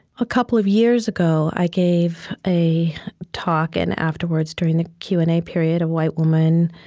a couple of years ago, i gave a talk and afterwards during the q and a period, a white woman